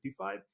55